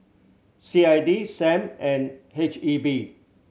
C I D Sam and H E B